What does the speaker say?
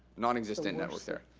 nonexistent network there.